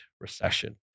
recession